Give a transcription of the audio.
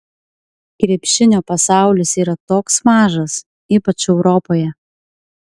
krepšinio pasaulis yra toks mažas ypač europoje